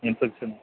infection